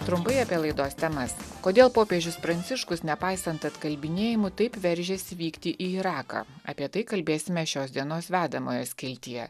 trumpai apie laidos temas kodėl popiežius pranciškus nepaisant atkalbinėjimų taip veržiasi vykti į iraką apie tai kalbėsime šios dienos vedamojo skiltyje